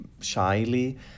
shyly